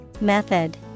Method